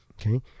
okay